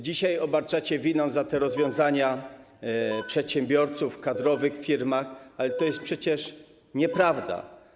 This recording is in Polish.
Dzisiaj obarczacie winą za te rozwiązania przedsiębiorców, kadrowych w firmach, ale to jest przecież nieprawda.